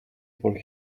for